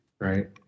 right